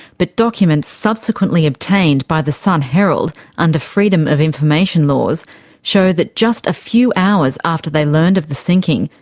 but documents subsequently obtained by the sun-herald under freedom of information laws show that just a few hours after they learned of the sinking,